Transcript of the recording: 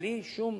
בלי שום,